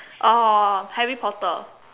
oh Harry-Potter